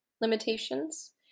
limitations